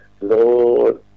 lord